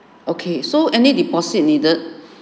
okay so any deposit needed